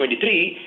2023